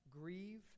grieve